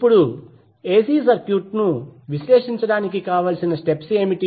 ఇప్పుడు ఎసి సర్క్యూట్ను విశ్లేషించడానికి కావలసిన స్టెప్స్ ఏమిటి